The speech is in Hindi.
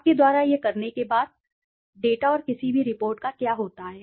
आपके द्वारा यह करने के बाद डेटा और किसी भी रिपोर्ट का क्या होता है